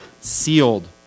sealed